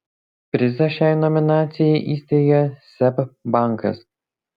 prizą šiai nominacijai įsteigė seb bankas